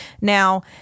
Now